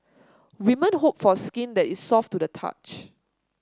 women hope for skin that is soft to the touch